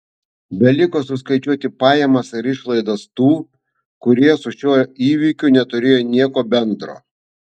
beliko suskaičiuoti pajamas ir išlaidas tų kurie su šiuo įvykiu neturėjo nieko bendro